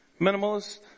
Minimalist